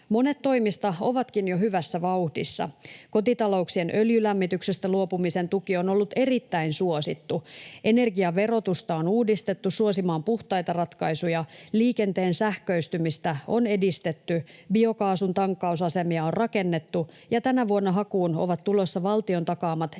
Monet toimista ovatkin jo hyvässä vauhdissa: Kotitalouksien öljylämmityksestä luopumisen tuki on ollut erittäin suosittu. Energiaverotusta on uudistettu suosimaan puhtaita ratkaisuja, liikenteen sähköistymistä on edistetty, biokaasun tankkausasemia on rakennettu, ja tänä vuonna hakuun ovat tulossa valtion takaamat